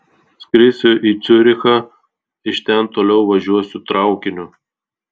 skrisiu į ciurichą iš ten toliau važiuosiu traukiniu